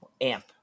AMP